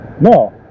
No